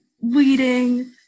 weeding